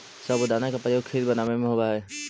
साबूदाना का प्रयोग खीर बनावे में होवा हई